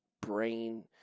brain